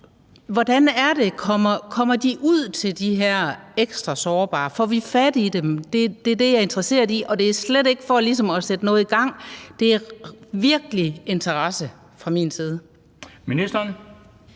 samtaler? Kommer de ud til de her ekstra sårbare? Får vi fat i dem? Det er det, jeg er interesseret i, og det er slet ikke for ligesom at sætte noget i gang; det skyldes virkelig en interesse fra min side. Kl.